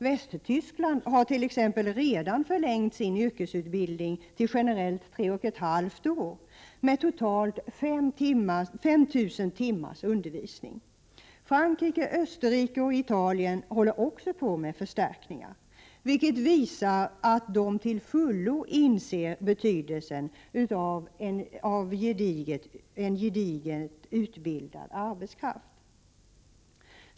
Västtyskland har t.ex. redan förlängt sin yrkesutbildning till generellt 3,5 år med totalt 5 000 timmars undervisning. Frankrike, Österrike och Italien håller också på med förstärkningar, vilket visar att man i dessa länder till fullo inser betydelsen av en gediget utbildad arbetskraft.